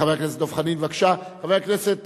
חבר הכנסת